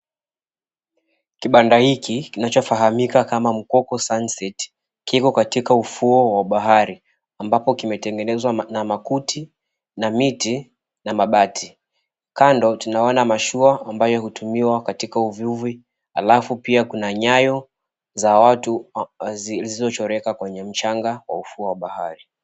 Kibanda hiki kinachofahamika kama MKOKO SUNSET kiko katika ufuo wa bahari ambapo kimetengenezwa na makuti na miti na mabati. Kando tunaona mashua ambayo hutumiwa katika uvuvi alafu pia kuna nyayo za watu zilizochoreka kwenye mchanga wa ufuo wa bahari.